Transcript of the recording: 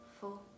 four